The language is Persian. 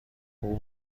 اون